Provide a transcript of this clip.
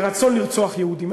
גזענות ורצון לרצוח יהודים.